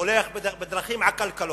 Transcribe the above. הולך בדרכים עקלקלות,